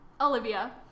Olivia